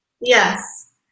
Yes